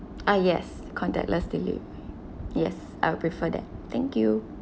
ah yes contactless delivery yes I'll prefer that thank you